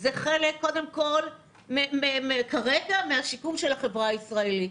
זה חלק קודם כל כרגע מהשיקום של החברה הישראלית,